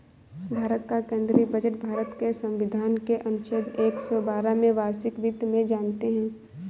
भारत का केंद्रीय बजट भारत के संविधान के अनुच्छेद एक सौ बारह में वार्षिक वित्त में जानते है